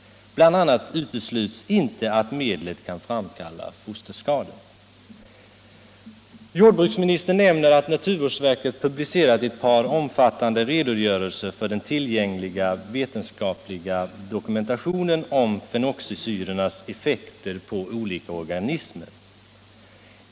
Bl. a. utesluts inte att medlet kan framkalla fosterskador. Jordbruksministern nämner att naturvårdsverket publicerat ett par omfattande redogörelser för den tillgängliga vetenskapliga dokumentationen om fenoxisyrornas effekter på olika organismer.